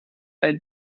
ein